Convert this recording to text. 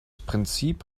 prinzip